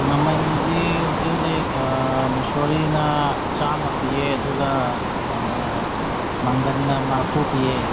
ꯃꯃꯟꯗꯤ ꯍꯧꯖꯤꯛ ꯍꯧꯖꯤꯛ ꯃꯨꯛꯁꯣꯔꯤꯅ ꯆꯥꯝꯃ ꯄꯤꯌꯦ ꯑꯗꯨꯒ ꯃꯪꯒꯟꯅ ꯃꯔꯤꯐꯨ ꯄꯤꯌꯦ